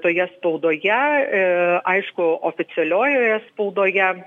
toje spaudoje a aišku oficialiojoje spaudoje